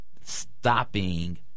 stopping